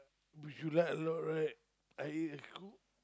which you like a lot right I eat I cook